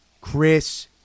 Chris